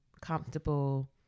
comfortable